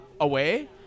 away